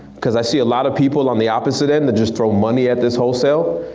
because i see a lot of people on the opposite end that just throw money at this wholesale.